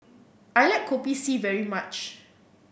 I like Kopi C very much